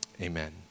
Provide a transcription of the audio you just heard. Amen